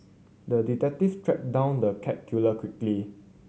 the detective tracked down the cat killer quickly